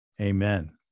Amen